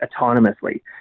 autonomously